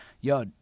yo